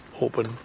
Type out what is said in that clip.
open